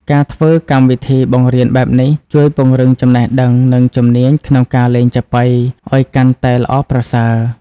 ការធ្វើកម្មវិធីបង្រៀនបែបនេះ ជួយពង្រឹងចំណេះដឹង និងជំនាញក្នុងការលេងចាបុីអោយកាន់តែល្អប្រសើរ។